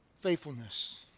Faithfulness